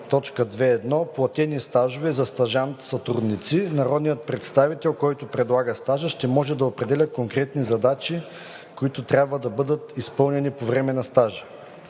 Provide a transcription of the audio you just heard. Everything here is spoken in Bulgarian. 2.1, платени стажове за „стажант-сътрудници“. Народният представител, който предлага стажа, ще може да определя конкретните задачи, които трябва да бъдат изпълнени по време на стажа.